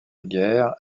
guerre